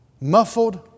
muffled